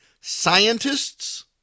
Scientists